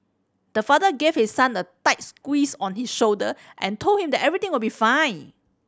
the father gave his son a tight squeeze on his shoulder and told him that everything will be fine